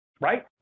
Right